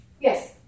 Yes